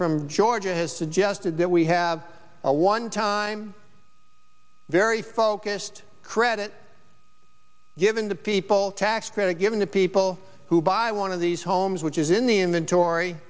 from georgia has suggested that we have a one time very focused credit given to people tax credit given to people who buy one of these homes which is in the in